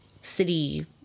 city